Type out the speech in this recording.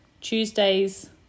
Tuesdays